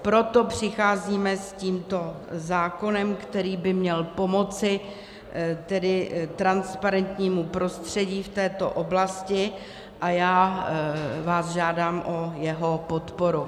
Proto přicházíme s tímto zákonem, který by měl pomoci transparentnímu prostředí v této oblasti, a já vás žádám o jeho podporu.